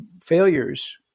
failures